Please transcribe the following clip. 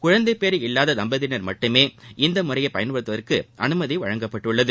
குழந்தைபேறு இல்லாத தம்பதியினர் மட்டுமே இம்முறையை பயன்படுத்துவதற்கு அனுமதி அளிக்கப்பட்டுள்ளது